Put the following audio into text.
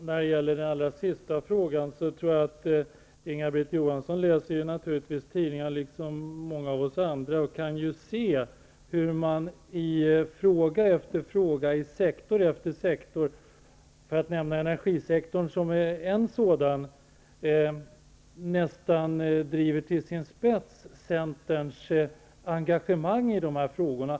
När det gäller den sista frågan vill jag säga att Inga Britt Johansson nog läser tidningen precis som många av oss andra, så hon kan se hur man i fråga efter fråga, i sektor efter sektor -- energisektorn, t.ex. -- driver centerns engagemang nästan till sin spets.